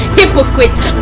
hypocrites